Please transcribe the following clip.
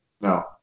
No